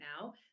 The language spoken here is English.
now